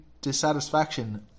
dissatisfaction